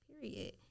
Period